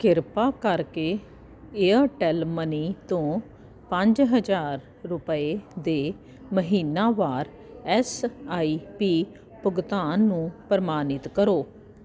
ਕਿਰਪਾ ਕਰਕੇ Airtel money ਤੋਂ ਪੰਜ ਹਜ਼ਾਰ ਰੁਪਏ ਦੇ ਮਹੀਨਾਵਾਰ ਐੱਸ ਆਈ ਪੀ ਭੁਗਤਾਨ ਨੂੰ ਪ੍ਰਮਾਨਿਤ ਕਰੋ